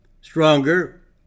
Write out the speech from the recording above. Stronger